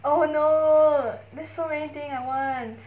oh no there's so many things I want